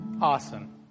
awesome